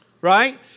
Right